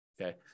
okay